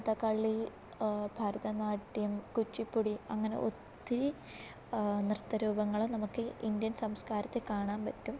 കഥകളി ഭരതനാട്യം കുച്ചിപ്പുടി അങ്ങന ഒത്തിരി നൃത്തരൂപങ്ങൾ നമുക്ക് ഇന്ത്യൻ സംസ്കാരത്തിൽ കാണാൻ പറ്റും